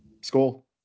school